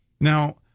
Now